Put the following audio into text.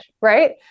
right